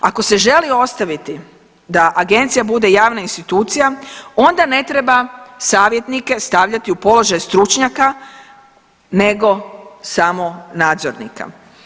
Ako se želi ostaviti da agencija bude javna institucija onda ne treba savjetnike stavljati u položaj stručnjaka nego samo nadzornika.